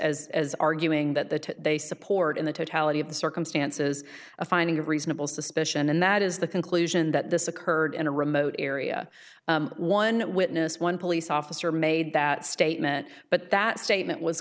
as as arguing that the they support in the totality of the circumstances a finding of reasonable suspicion and that is the conclusion that this occurred in a remote area one witness one police officer made that statement but that statement was